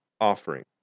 offering